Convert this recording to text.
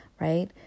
right